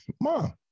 Mom